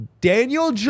Daniel